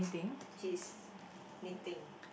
he's knitting